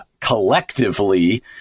collectively